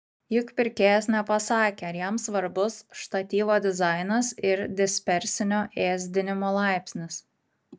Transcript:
juk pirkėjas nepasakė ar jam svarbus štatyvo dizainas ir dispersinio ėsdinimo laipsnis